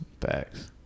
Facts